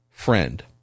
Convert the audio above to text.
friend